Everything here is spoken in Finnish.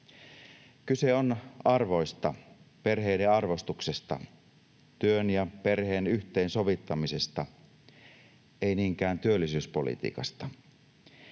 Kyse on arvoista, perheiden arvostuksesta, työn ja perheen yhteensovittamisesta, ei niinkään työllisyyspolitiikasta.